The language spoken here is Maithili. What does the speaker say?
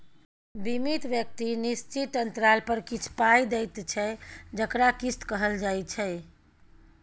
बीमित व्यक्ति निश्चित अंतराल पर किछ पाइ दैत छै जकरा किस्त कहल जाइ छै